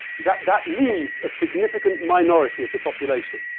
that that leaves a significant minority of the population,